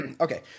Okay